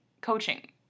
coaching